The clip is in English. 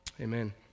amen